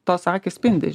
tos akys spindi